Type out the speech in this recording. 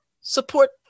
support